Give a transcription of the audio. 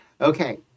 Okay